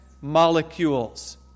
molecules